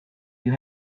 you